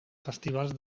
festivals